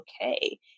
okay